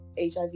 hiv